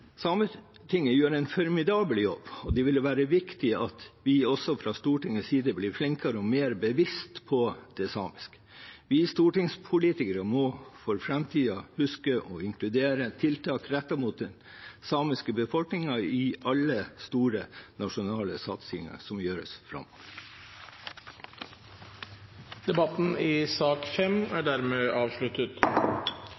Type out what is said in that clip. Sametinget gjør en formidabel jobb, og det ville være viktig at vi også fra Stortingets side blir flinkere og mer bevisst på det samiske. Vi stortingspolitikere må for framtiden huske å inkludere tiltak rettet mot den samiske befolkningen i alle store, nasjonale satsinger som gjøres framover. Flere har ikke bedt om ordet til sak